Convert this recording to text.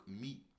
meat